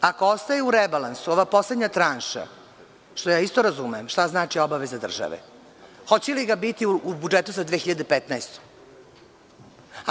Ako ostaje u rebalansu ova poslednja tranša, što ja isto razumem šta znači obaveza države, hoće li ga biti u budžetu za 2015. godinu?